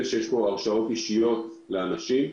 יש פה הרשאות אישיות לאנשים,